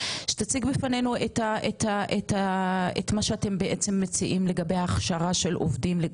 שתציג בפנינו את מה שאתם בעצם מציעים לגבי הכשרה של עובדים,